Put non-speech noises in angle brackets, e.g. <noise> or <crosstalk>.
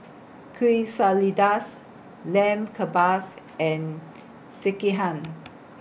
<unintelligible> Lamb Kebabs and Sekihan